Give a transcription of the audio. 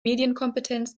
medienkompetenz